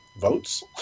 Votes